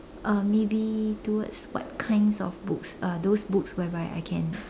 uh maybe towards what kinds of books uh those books whereby I can